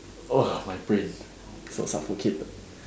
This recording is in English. oh my brain so suffocated